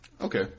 Okay